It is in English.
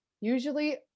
Usually